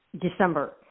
December